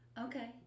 Okay